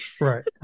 right